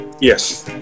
Yes